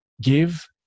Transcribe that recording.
give